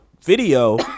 video